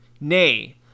...nay